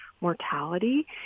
mortality